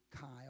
Kyle